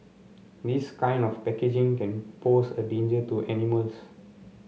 this kind of packaging can pose a danger to animals